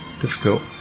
Difficult